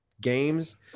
games